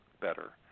better